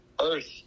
Earth